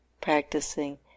practicing